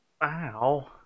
Wow